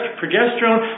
progesterone